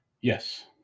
Yes